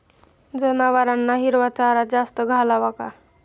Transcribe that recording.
जनावरांना हिरवा चारा जास्त घालावा का?